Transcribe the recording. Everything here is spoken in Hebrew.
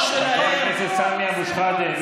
חבר הכנסת סמי אבו שחאדה,